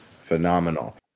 phenomenal